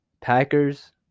packers